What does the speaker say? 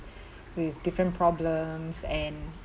with different problems and